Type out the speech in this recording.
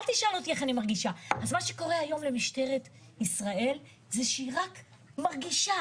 מה שקורה היום למשטרת ישראל זה שהיא רק מרגישה.